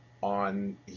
on